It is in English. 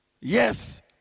Yes